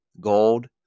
gold